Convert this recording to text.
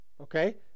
Okay